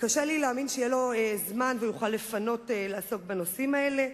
קשה לי להאמין שיהיה לו זמן והוא יוכל לפנות ולעסוק בנושאים האלה,